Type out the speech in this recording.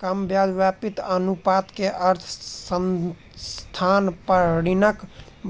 कम ब्याज व्याप्ति अनुपात के अर्थ संस्थान पर ऋणक